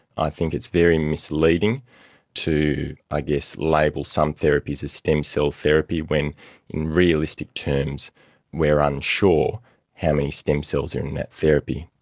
i think it's very misleading to i guess label some therapies as stem cell therapy when in realistic terms we're unsure how many stem cells are in that therapy.